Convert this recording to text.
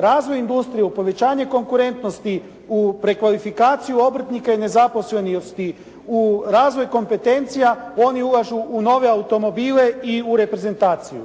razvoj industrije, u povećanje konkurentnosti, u prekvalifikaciju obrtnika i nezaposlenosti, u razvoj kompetencija oni ulažu u nove automobile i u reprezentaciju.